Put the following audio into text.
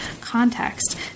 context